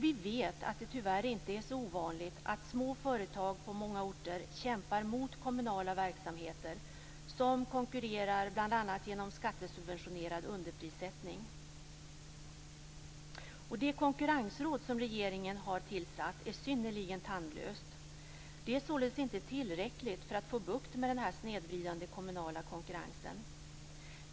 Vi vet att det tyvärr inte är så ovanligt att små företag på många orter kämpar mot kommunala verksamheter som konkurrerar bl.a. Det konkurrensråd som regeringen har tillsatt är synnerligen tandlöst. Det är således inte tillräckligt för att få bukt med den snedvridande kommunala konkurrensen.